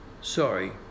Sorry